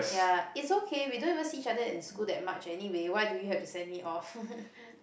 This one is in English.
ya it's okay we don't even see each other in school that much anyway why do you have to send me off